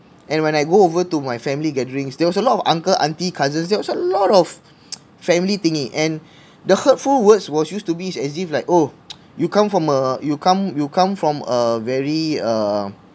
and when I go over to my family gatherings there was a lot of uncle auntie cousins there was a lot of family thingy and the hurtful words was used to be as if like oh you come from a you come you come from a very err